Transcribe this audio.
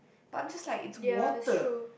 but I'm just like it's water